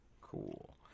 Cool